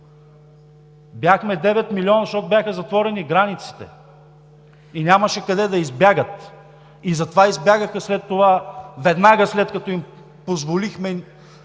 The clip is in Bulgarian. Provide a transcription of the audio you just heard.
Бяхме 9 милиона, защото бяха затворени границите и нямаше къде да избягат. Затова избягаха след това веднага, след като им позволихме